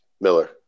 Miller